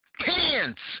Pants